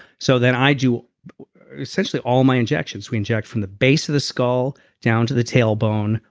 so then i do essentially all my injections. we inject from the base of the skull down to the tailbone,